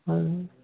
அது